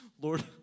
Lord